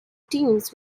teams